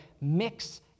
mix